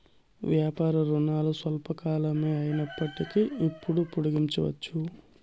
వ్యాపార రుణాలు స్వల్పకాలికమే అయినప్పటికీ అప్పులు పొడిగించవచ్చు